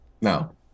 no